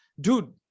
dude